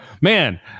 man